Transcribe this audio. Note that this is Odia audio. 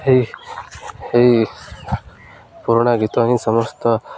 ଏହି ଏହି ପୁରୁଣା ଗୀତ ହିଁ ସମସ୍ତ